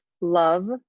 love